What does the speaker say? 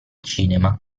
cinema